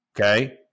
Okay